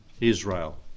Israel